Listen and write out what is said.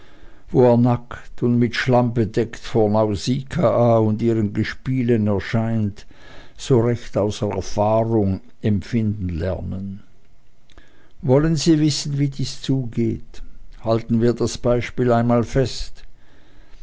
und mit schlamm bedeckt vor nausikaa und ihren gespielen erscheint so recht aus erfahrung empfinden lernen wollen sie wissen wie dies zugeht halten wir das beispiel einmal fest